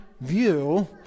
view